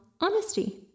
honesty